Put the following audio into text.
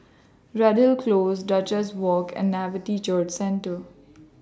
Redhill Close Duchess Walk and Nativity Church Centre